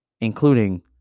including